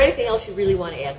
anything else you really want to